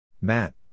Matt